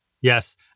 Yes